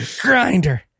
Grinder